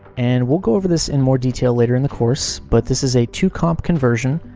and we'll go over this in more detail later in the course. but this is a tocomp conversion,